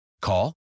Call